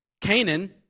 Canaan